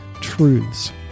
truths